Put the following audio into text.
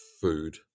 food